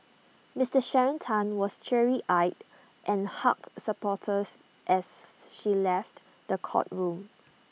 Mister Sharon Tan was teary eyed and hugged supporters as she left the courtroom